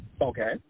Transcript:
Okay